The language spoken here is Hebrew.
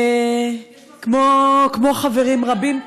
יש מספיק, כמו חברים רבים,